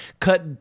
Cut